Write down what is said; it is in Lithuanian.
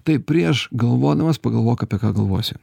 tai prieš galvodamas pagalvok apie ką galvosi